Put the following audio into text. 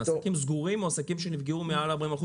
עסקים סגורים או עסקים שנפגעו מעל 40%,